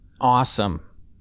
awesome